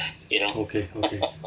okay okay